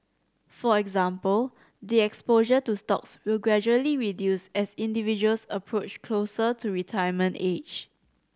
for example the exposure to stocks will gradually reduce as individuals approach closer to retirement age